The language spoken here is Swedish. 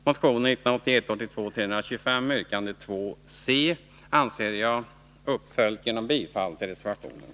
Motion 1981/ 82:325, yrkande 2c anser jag tillgodosedd genom bifall till reservation nr2.